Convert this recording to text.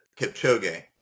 Kipchoge